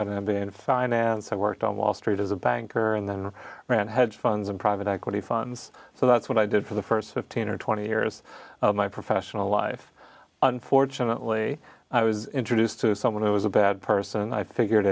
got an m b a in finance i worked on wall street as a banker and then ran hedge funds and private equity funds so that's what i did for the st fifteen or twenty years of my professional life unfortunately i was introduced to someone who was a bad person i figured